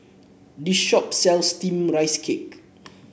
this shop sells steamed Rice Cake